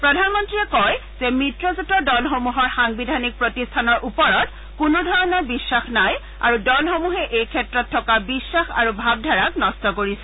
প্ৰধানমন্ত্ৰীয়ে কয় যে মিত্ৰজোঁটৰ দলসমূহৰ সাংবিধানিক প্ৰতিষ্ঠানৰ ওপৰত কোনো ধৰণৰ বিশ্বাস নাই আৰু দলসমূহে এই ক্ষেত্ৰত থকা বিখাস আৰু ভাৱধাৰাক নষ্ট কৰিছে